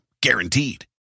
Guaranteed